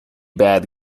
bad